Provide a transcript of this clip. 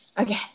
Okay